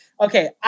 Okay